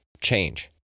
change